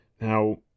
Now